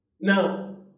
Now